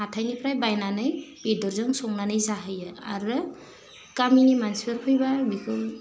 हाथाइनिफ्राय बायनानै बेदरजों संनानै जाहोयो आरो गामिनि मानसिफोर फैबा बिखौ